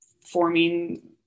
forming